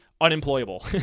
unemployable